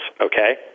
okay